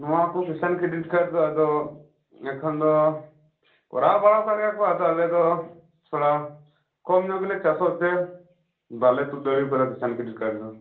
ᱱᱚᱣᱟ ᱠᱚ Kisan credit card ᱫᱚ ᱟᱫᱚ ᱮᱠᱷᱚᱱ ᱫᱚ ᱠᱚᱨᱟᱣ ᱵᱟᱲᱟ ᱟᱠᱟᱫ ᱜᱮᱭᱟ ᱠᱚ ᱟᱫᱚ ᱟᱞᱮ ᱫᱚ ᱛᱷᱚᱲᱟ ᱠᱚᱢᱧᱚᱜ ᱜᱮᱞᱮ ᱪᱟᱥᱚᱜ ᱛᱮ ᱵᱟᱞᱮ ᱛᱩᱫ ᱫᱟᱲᱮ ᱟᱠᱟᱫᱟ ᱠᱤᱥᱟᱱ ᱠᱨᱮᱰᱤᱴ ᱠᱟᱨᱰ ᱫᱚ